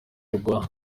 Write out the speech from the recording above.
urwa